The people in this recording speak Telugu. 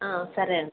ఆ సరే అండి